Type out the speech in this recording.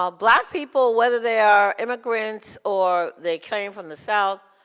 ah black people, whether they are immigrants or they came from the south,